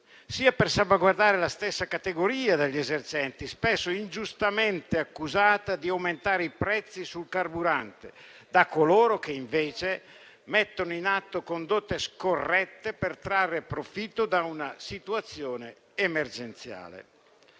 sia per salvaguardare la stessa categoria degli esercenti, spesso ingiustamente accusata di aumentare i prezzi sul carburante da coloro che, invece, mettono in atto condotte scorrette per trarre profitto da una situazione emergenziale.